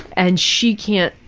and she can't,